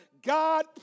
God